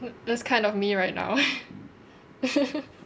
that's kind of me right now